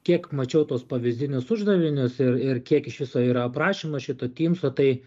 kiek mačiau tuos pavyzdinius uždavinius ir ir kiek iš viso yra aprašymo šito tymso tai